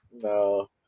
No